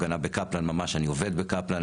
ההפגנה בקפלן ממש, אני עובד בקפלן.